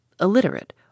illiterate